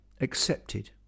accepted